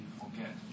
forget